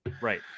right